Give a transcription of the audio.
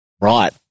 Right